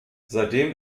seitdem